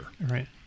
right